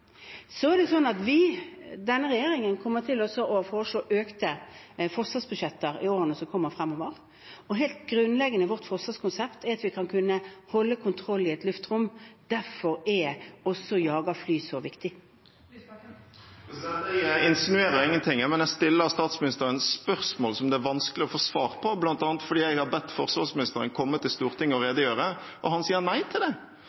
Denne regjeringen kommer til å foreslå økte forsvarsbudsjetter i årene fremover, og helt grunnleggende i vårt forsvarskonsept er det at vi kan holde kontroll i et luftrom. Derfor er jagerfly så viktig. Audun Lysbakken – til oppfølgingsspørsmål. Jeg insinuerer ingenting, men jeg stiller statsministeren spørsmål som det er vanskelig å få svar på, bl.a. fordi jeg har bedt forsvarsministeren om å komme til Stortinget og redegjøre og han sier nei til det.